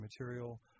material